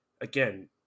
again